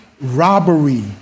robbery